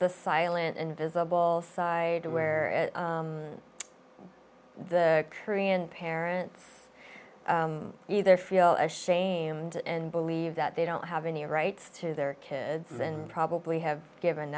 the silent invisible side to where the korean parents either feel ashamed and believe that they don't have any rights to their kids and probably have given